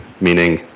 meaning